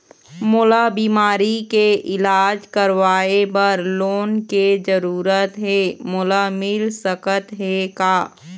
मोला बीमारी के इलाज करवाए बर लोन के जरूरत हे मोला मिल सकत हे का?